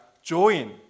join